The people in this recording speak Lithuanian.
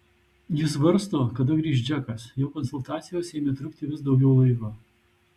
ji svarsto kada grįš džekas jo konsultacijos ėmė trukti vis daugiau laiko